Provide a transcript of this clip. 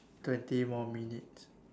twenty more minutes